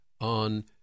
on